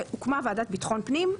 והוקמה ועדת ביטחון הפנים,